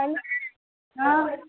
hello हँ